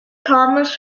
thomas